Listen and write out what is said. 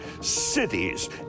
cities